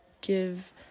give